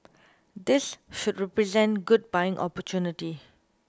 this should represent good buying opportunity